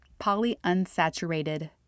polyunsaturated